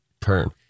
turn